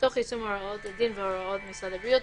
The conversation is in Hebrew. תוך יישום הוראות הדין והוראות משרד הבריאות.